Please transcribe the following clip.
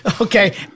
Okay